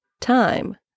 time